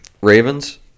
Ravens